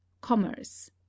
commerce